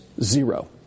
zero